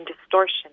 distortion